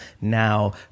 now